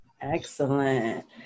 Excellent